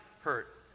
hurt